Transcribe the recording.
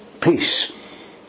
peace